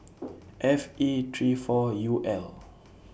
F E three four U L